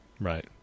Right